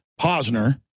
Posner